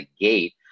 gate